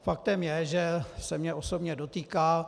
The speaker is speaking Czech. Faktem je, že se mě osobně dotýká.